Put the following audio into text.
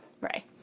right